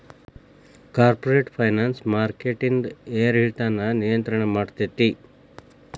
corporate finance ಮಾರ್ಕೆಟಿಂದ್ ಏರಿಳಿತಾನ ನಿಯಂತ್ರಣ ಮಾಡ್ತೇತಿ